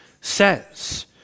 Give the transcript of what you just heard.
says